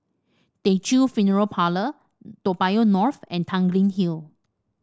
Teochew Funeral Parlour Toa Payoh North and Tanglin Hill